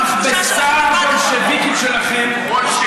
המכבסה הבולשביקית שלכם, "בולשביקים".